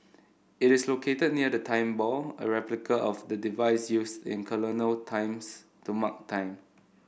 it is located near the Time Ball a replica of the device used in colonial times to mark time